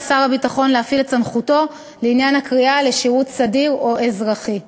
שר הביטחון להפעיל את סמכותו לעניין הקריאה לשירות סדיר או אזרחי.